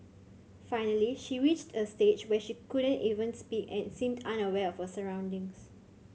finally she reached a stage when she could not even speak and seemed unaware for surroundings